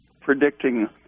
predicting